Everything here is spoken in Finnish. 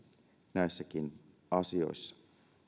näissäkin asioissa